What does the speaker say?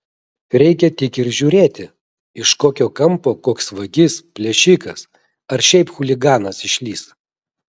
reikia tik ir žiūrėti iš kokio kampo koks vagis plėšikas ar šiaip chuliganas išlįs